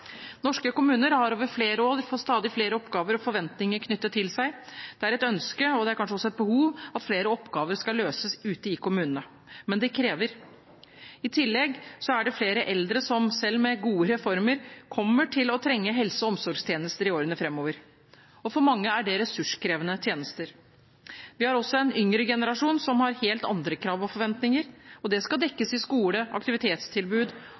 Norske kommuner har over flere år fått stadig flere oppgaver og forventninger knyttet til seg. Det er et ønske – og det er kanskje også et behov – at flere oppgaver skal løses ute i kommunene, men det krever. I tillegg er det flere eldre som selv med gode reformer kommer til å trenge helse- og omsorgstjenester i årene framover, og for mange er det ressurskrevende tjenester. Vi har også en yngre generasjon som har helt andre krav og forventninger, og det skal dekkes i skole, aktivitetstilbud